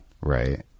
Right